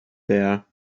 there